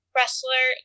Wrestler